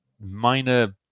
minor